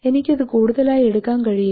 എനിക്ക് ഇത് കൂടുതലായി എടുക്കാൻ കഴിയില്ല